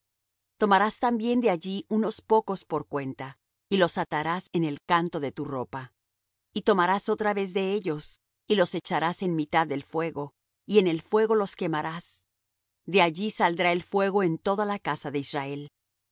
tomarás también de allí unos pocos por cuenta y los atarás en el canto de tu ropa y tomarás otra vez de ellos y los echarás en mitad del fuego y en el fuego los quemarás de allí saldrá el fuego en toda la casa de israel